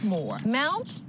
Mount